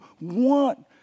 want